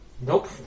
Nope